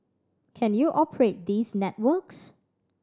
can you operate these networks